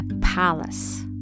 palace